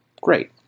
Great